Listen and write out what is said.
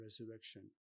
resurrection